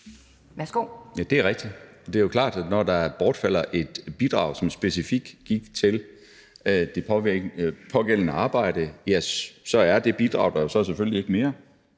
Bødskov): Ja, det er rigtigt. Men det er jo klart, at når der bortfalder et bidrag, som specifikt gik til det pågældende arbejde, så er det bidrag der jo selvfølgelig ikke mere,